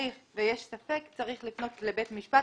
ויש ספק צריך לפנות לבית משפט.